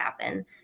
happen